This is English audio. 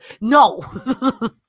No